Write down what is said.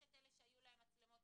יש את אלה שהיו להם מצלמות,